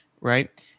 right